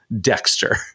dexter